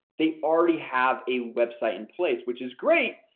they already have a website in place, which is great.